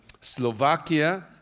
Slovakia